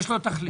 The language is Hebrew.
כן.